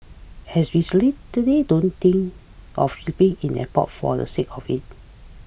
we don't think of sleeping in the airport for the sake of it